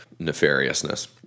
nefariousness